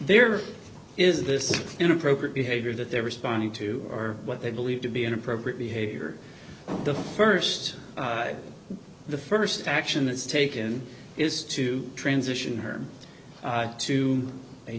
there is this inappropriate behavior that they're responding to or what they believe to be inappropriate behavior the first the first action it's taken is to transition her to a